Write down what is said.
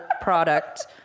product